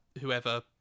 whoever